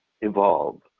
evolve